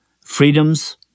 freedoms